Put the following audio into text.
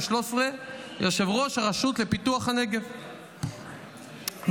שהיה יושב-ראש הרשות לפיתוח הנגב משנת 2009 ועד שנת 2013,